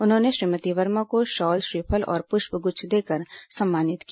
उन्होंने श्रीमती वर्मा को शॉल श्रीफल और पुष्प गुच्छ देकर सम्मानित किया